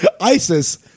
Isis